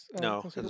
No